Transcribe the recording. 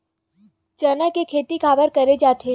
चना के खेती काबर करे जाथे?